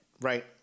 right